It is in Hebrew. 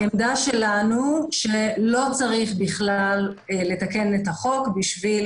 העמדה שלנו שלא צריך בכלל לתקן את החוק בשביל